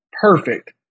perfect